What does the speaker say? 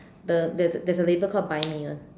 the the there is a label called buy me [one]